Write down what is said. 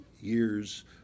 years